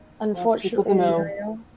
Unfortunately